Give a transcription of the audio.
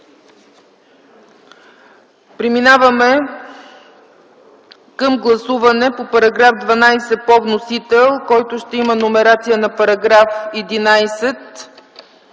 Преминаваме към гласуване по § 12 по вносител, който ще има номерация на § 11